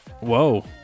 Whoa